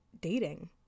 dating